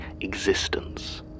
existence